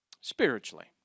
Spiritually